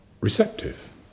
receptive